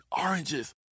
oranges